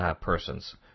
persons